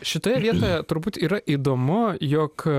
šitoje vietoje turbūt yra įdomu jog